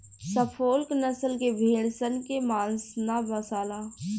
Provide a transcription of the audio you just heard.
Suffolk नसल के भेड़ सन के मांस ना बासाला